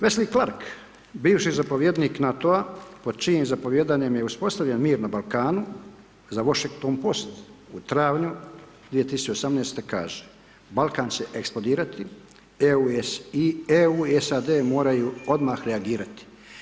Vesli Klark, bivši zapovjednik NATO-a pod čijim zapovijedanjem je uspostavljen mir na Balkanu za Vošington post u travnju 2018. kaže, Balkan će eksplodirati, EU i SAD moraju odmah reagirati.